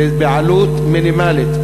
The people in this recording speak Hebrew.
בעלות מינימלית,